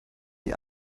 die